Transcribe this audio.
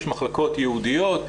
יש מחלקות ייעודיות,